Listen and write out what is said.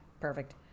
Perfect